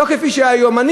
לא כפי שקיים היום.